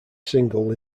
single